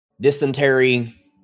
Dysentery